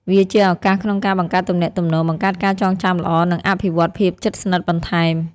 វាជាឱកាសក្នុងការបង្កើតទំនាក់ទំនង បង្កើតការចងចាំល្អ និងអភិវឌ្ឍភាពជិតស្និទ្ធបន្ថែម។